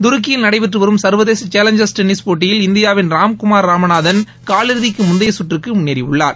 துருக்கியில் நடைபெற்று வரும் சர்வதேச சேலஞ்சா்ஸ் டென்னிஸ் போட்டியில் இந்தியாவின் ராம்குமார் ராமநாதன் காலிறுதிக்கு முந்தைய சுற்றுக்கு முன்னேறியுள்ளார்